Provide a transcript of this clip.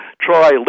try